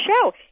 show